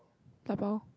dabao